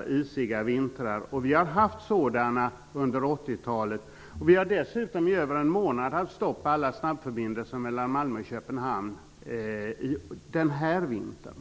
och isiga vintrar. Vi har haft sådana under 80-talet. Dessutom har vi den här vintern haft stopp på alla snabbförbindelser mellan Malmö och Köpenhamn i över en månad.